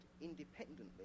independently